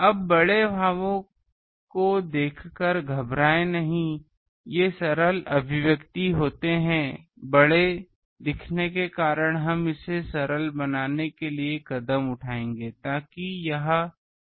अब बड़े भावों को देखकर घबराएं नहीं ये सरल अभिव्यक्ति होते हैं बड़े दिखने के कारण हम इसे सरल बनाने के लिए कदम उठाएंगे ताकि यह प्रबंधनीय हो जाए